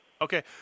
Okay